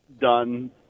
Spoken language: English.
done